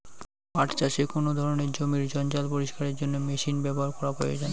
পাট চাষে কোন ধরনের জমির জঞ্জাল পরিষ্কারের জন্য মেশিন ব্যবহার করা প্রয়োজন?